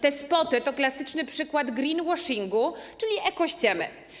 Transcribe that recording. Te spoty to klasyczny przykład greenwashingu, czyli ekościemy.